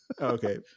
Okay